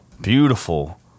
beautiful